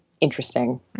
interesting